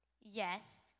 Yes